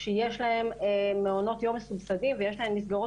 שיש להן מעונות יום מסובסדים ויש להן מסגרות